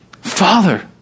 Father